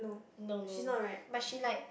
no no but she like